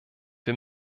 wir